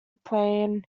plane